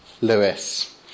Lewis